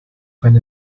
had